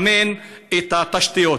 לממן את התשתיות.